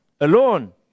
alone